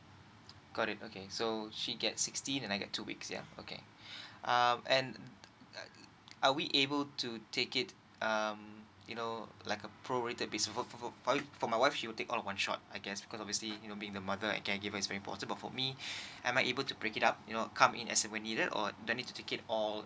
got it okay so she get sixteen and I get two weeks yeah okay um and are we able to take it um you know like a prorated for for for for my wife she will take all on one shot I guess because obviously you know being the mother can I get her is very important but for me am I able to break it up you know come in as when is needed or do I need to take it all